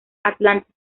atlántica